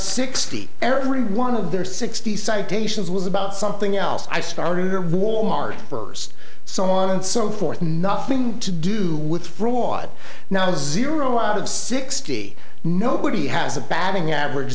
sixty every one of their sixty citations was about something else i started or wal mart first so on and so forth nothing to do with fraud not a zero out of sixty nobody has a batting average